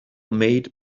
made